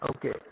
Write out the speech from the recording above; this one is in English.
Okay